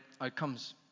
outcomes